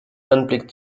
anblick